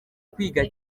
kwiga